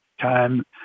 time